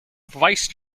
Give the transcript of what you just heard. vice